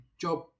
job